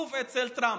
שוב אצל טראמפ.